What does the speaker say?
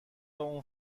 اون